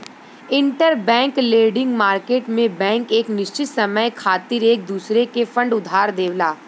interbank lending market में bank एक निश्चित समय खातिर एक दूसरे के फंड उधार देवला